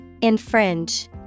Infringe